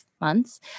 months